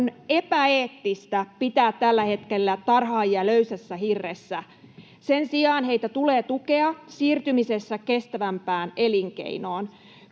On epäeettistä pitää tällä hetkellä tarhaajia löysässä hirressä. Sen sijaan heitä tulee tukea siirtymisessä kestävämpään elinkeinoon.